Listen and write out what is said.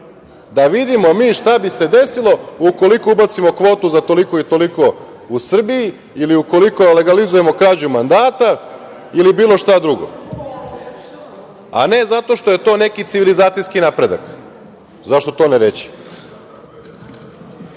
Da vidimo mi šta bi se desilo ukoliko ubacimo kvotu za toliko i toliko u Srbiji ili ukoliko legalizujemo krađu mandata ili bilo šta drugo, a ne zato što je to neki civilizacijski napredak, zašto to ne reći. Mi